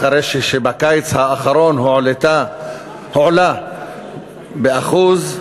אחרי שבקיץ האחרון הוא הועלה ב-1%,